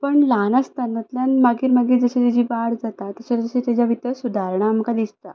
पण ल्हान आसतनातल्यान मागीर मागीर जशी जशी वाड जाता तशें तशें ताच्या भितर सुदारणां आमकां दिसता